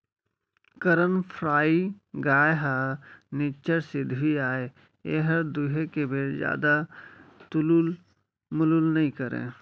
करन फ्राइ गाय ह निच्चट सिधवी अय एहर दुहे के बेर जादा तुलुल मुलुल नइ करय